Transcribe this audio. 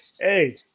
hey